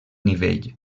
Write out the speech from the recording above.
nivell